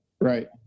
right